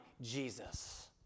Jesus